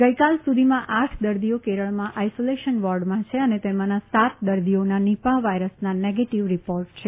ગઈકાલે સુધીમાં આઠ દર્દીઓ કેરળમાં આઈસોલેશન વોર્ડમાં છે અને તેમાનાં સાત દર્દીઓના નિપાફ વાયરસના નેગેટીવ રીપોર્ટ છે